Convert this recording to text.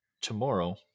tomorrow